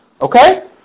okay